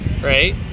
right